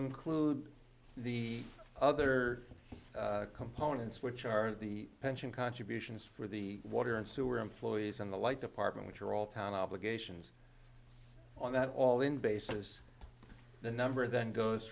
include the other components which are the pension contributions for the water and sewer employees and the like department which are all town obligations on that all in basis the number then goes